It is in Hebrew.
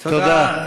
תודה.